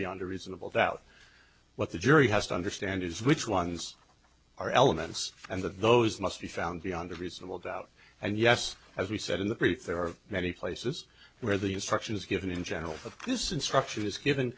beyond a reasonable doubt what the jury has to understand is which ones are elements and that those must be found beyond a reasonable doubt and yes as we said in the brief there are many places where the instructions given in general of this instruction is given